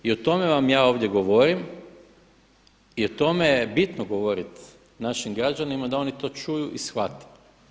I o tome vam ja ovdje govorim i o tome je bitno govoriti našim građanima da oni to čuju i shvate.